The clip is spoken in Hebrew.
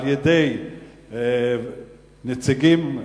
על-ידי נציגים,